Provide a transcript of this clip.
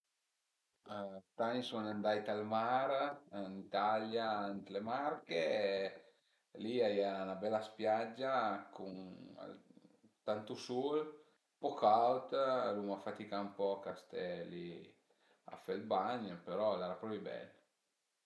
St'ani sun andait al mar, ën Italia, ënt le Marche e li a i era 'na bela spiagia cun tantu sul, ën po caud, l'uma faticà ën poc a ste li a fe ël bagn, però al era propi bel